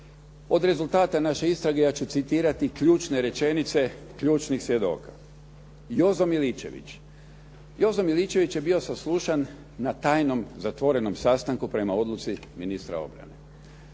Od rezultata naše istrage ja ću citirati ključne rečenice ključnih svjedoka. Jozo Miličević je bio saslušan na tajnom zatvorenom sastanku prema odluci ministra obrane.